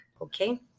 okay